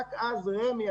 רק אז רמ"י,